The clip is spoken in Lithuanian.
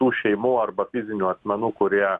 tų šeimų arba fizinių asmenų kurie